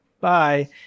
Bye